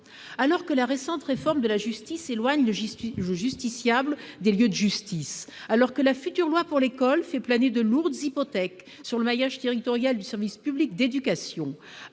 Alors que la récente réforme de la justice éloigne le justiciable des lieux de justice, alors que la future loi pour l'école fait planer de lourdes hypothèques sur le maillage territorial du service public d'éducation,